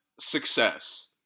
success